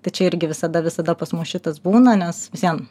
tai čia irgi visada visada pas mus šitas būna nes vis vien